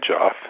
off